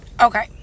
Okay